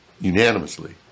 unanimously